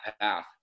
path